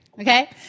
Okay